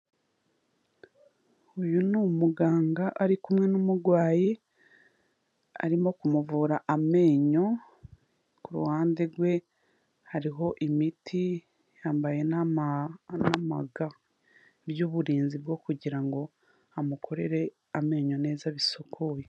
Uyu ni umuganga ari kumwe n'umurwayi, arimo kumuvura amenyo, ku ruhande rwe hariho imiti, yambaye n'amaga by'uburinzi bwo kugira ngo amukorere amenyo neza bisukuye.